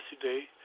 today